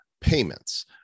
payments